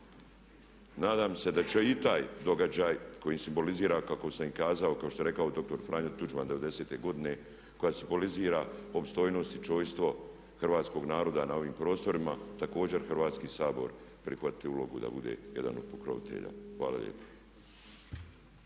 Nadam se da će i taj događaj koji simbolizira kako sam i kazao kao što je rekao dr. Franjo Tuđman '90. godine koja simbolizira opstojnost i čojstvo hrvatskog naroda na ovim prostorima također Hrvatski sabor prihvatiti ulogu da bude jedan od pokrovitelja. Hvala lijepa.